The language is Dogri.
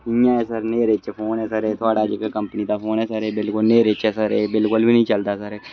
इं'या गै सर न्हेरे च फोन ऐ एह् थुहाड़ा जेह्ड़ा कंपनी दा फोन ऐ सर एह् बिलकुल न्हेरे च ऐ एह् बिलकुल बी निं चलदा सर